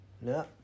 No